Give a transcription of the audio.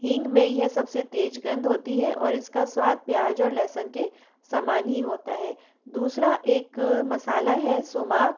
हींग में यह सबसे तेज गंध होती है और इसका स्वाद प्याज और लहसुन के समान ही होता है दूसरा एक मसाला है सोमाग